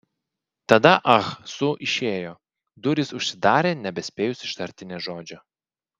tada ah su išėjo durys užsidarė nebespėjus ištarti nė žodžio